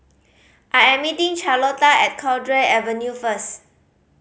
I am meeting Charlotta at Cowdray Avenue first